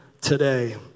today